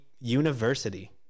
university